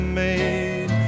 made